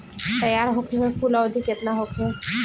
तैयार होखे के कुल अवधि केतना होखे?